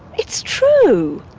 it's true.